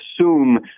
assume